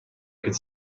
could